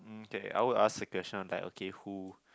mm I'd ask a question on like okay who